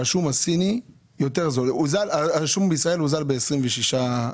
שהשום הסיני יותר זול, שהשום בישראל הוזל ב-26%.